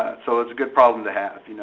so it's a good problem to have.